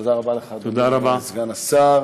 תודה רבה לך, אדוני סגן השר.